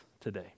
today